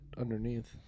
underneath